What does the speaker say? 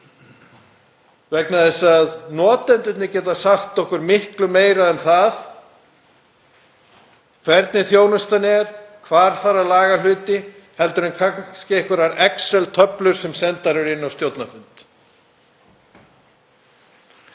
vegna þess að notendurnir geta sagt okkur miklu meira um það hvernig þjónustan er, hvar þarf að laga hluti, heldur en kannski einhverjar excel-töflur sem sendar eru inn á stjórnarfund.